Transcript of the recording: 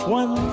one